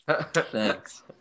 thanks